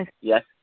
Yes